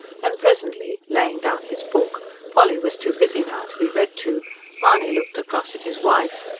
and presently, laying down his book polly was too busy now to be read to mahony looked across at his wife.